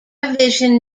vision